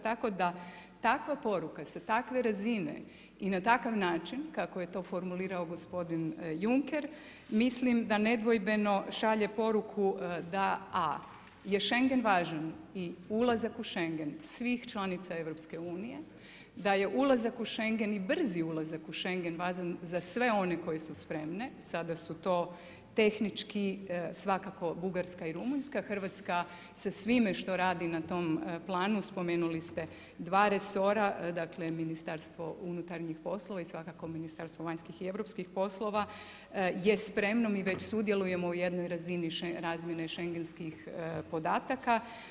Tako da takva poruka, sa takve razine i na takav način, kako je to formulirao gospodin Juncker, mislim da nedvojbeno šalje poruku da je Schengen važan i ulazak u Schengen svih članica EU-a, da je ulazak u Schengen i brzi ulazak u Schengen važan za sve one koje su spremne, sada su to tehnički svakako Bugarska i Rumunjska, Hrvatska sa svime što radi na tom planu, spomenuli ste dva resora, dakle MUP i svakako Ministarstvo vanjskih i europskih poslova je spremno, mi već sudjelujemo u jednoj razini razmjene schengenskih podataka.